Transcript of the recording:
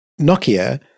Nokia